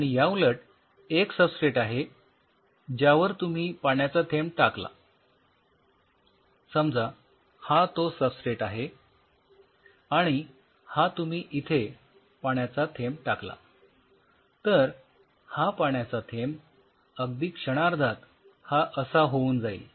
आणि याउलट एक सबस्ट्रेट आहे ज्यावर तुम्ही पाण्याचा थेंब टाकला समजा हा तो सबस्ट्रेट आहे आणि हा तुम्ही इथे पाण्याचा थेंब टाकला तर हा पाण्याचा थेंब अगदी क्षणार्धात हा असा होऊन जाईल